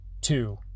Two